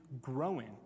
growing